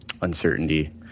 uncertainty